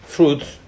Fruits